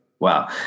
Wow